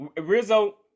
Rizzo